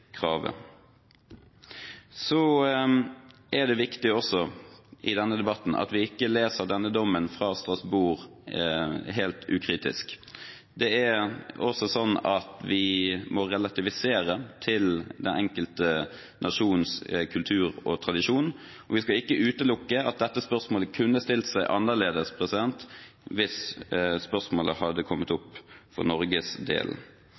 kravet. Så er det også viktig i denne debatten at vi ikke leser denne dommen fra Strasbourg helt ukritisk. Det er sånn at vi må relativisere til den enkelte nasjons kultur og tradisjon. Vi skal ikke utelukke at dette spørsmålet kunne stilt seg annerledes hvis spørsmålet hadde kommet opp for Norges del.